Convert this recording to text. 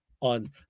on